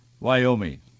Wyoming